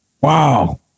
Wow